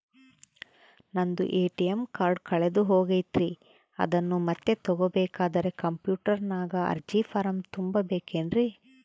ನಂದು ATM card ಕಳೆದು ಹೋಗೈತ್ರಿ ಅದನ್ನು ಮತ್ತೆ ತಗೋಬೇಕಾದರೆ ಕಂಪ್ಯೂಟರ್ ನಾಗ ಅರ್ಜಿ ಫಾರಂ ತುಂಬಬೇಕನ್ರಿ?